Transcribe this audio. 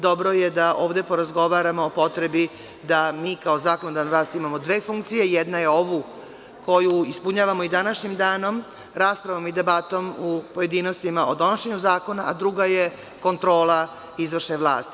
Dobro je da ovde porazgovaramo o potrebi da mi kao zakonodavna vlast imamo dve funkcije, jedna je ovu koju ispunjavamo i današnjim danom raspravom i debatom u pojedinostima o donošenju zakona, a druga je kontrola izvršne vlasti.